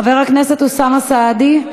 חבר הכנסת אוסאמה סעדי,